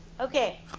okay